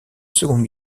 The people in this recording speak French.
seconde